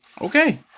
okay